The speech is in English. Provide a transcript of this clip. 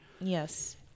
Yes